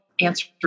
answer